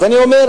אז אני אומר: